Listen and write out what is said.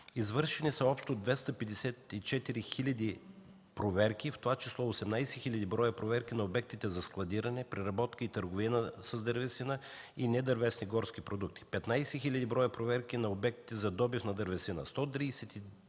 Извършени са общо 254 хил. проверки, в това число 18 хил. броя проверки на обектите за складиране, преработка и търговия с дървесина и недървесни горски продукти; 15 хил. броя проверки на обекти за добив на дървесина;